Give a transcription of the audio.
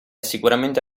sicuramente